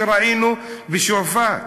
שראינו בשועפאט.